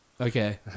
Okay